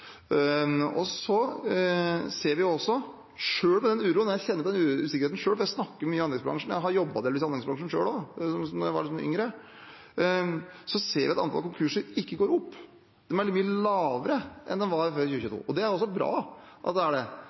Vi ser også, selv med den uroen – jeg kjenner på den usikkerheten selv, for jeg snakker mye med anleggsbransjen og har delvis jobbet i anleggsbransjen selv da jeg var yngre – at antallet konkurser ikke går opp. Det er mye lavere enn det var før 2022. Det er bra at det er det.